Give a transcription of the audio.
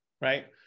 right